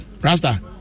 Rasta